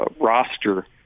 roster